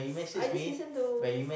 I just listen to